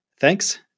Thanks